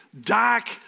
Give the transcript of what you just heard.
dark